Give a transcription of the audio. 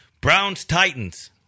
Browns-Titans